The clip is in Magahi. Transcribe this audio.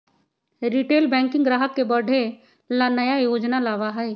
रिटेल बैंकिंग ग्राहक के बढ़े ला नया योजना लावा हई